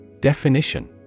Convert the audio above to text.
Definition